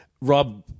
Rob